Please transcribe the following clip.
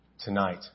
tonight